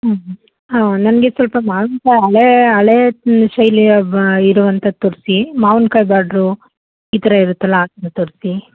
ಹ್ಞೂ ನನಗೆ ಸ್ವಲ್ಪ ಮಾವ್ನ ಕಾಯಿ ಹಳೇ ಹಳೇ ಶೈಲಿಯ ಬ ಇರುವಂಥದ್ದು ತೋರಿಸಿ ಮಾವ್ನ ಕಾಯಿ ಬಾರ್ಡ್ರು ಈ ಥರ ಇರುತ್ತಲ ಆ ಥರ ತೋರಿಸಿ